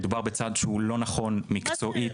מדובר בצעד לא נכון מקצועי.